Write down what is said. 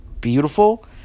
beautiful